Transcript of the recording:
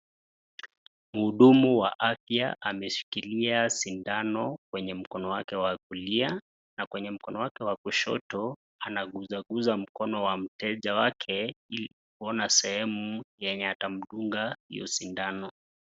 Mhudumu wa afya ameshikilia sindano kwenye mkono wake wa kulia na kwenye mkono wake wa kushoto anaguzaguza mkono wa mteja wake ili kuona sehemu yenye atamdunga hio sindano.